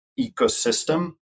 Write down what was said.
ecosystem